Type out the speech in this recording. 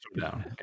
down